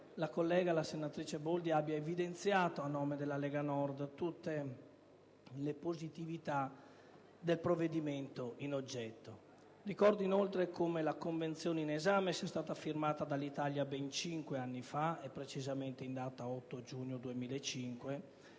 la collega Boldi abbia evidenziato a nome della Lega Nord tutti gli aspetti positivi del provvedimento in oggetto. Ricordo inoltre come la Convenzione in esame sia stata firmata dell'Italia ben cinque anni fa, e precisamente in data 8 giugno 2005,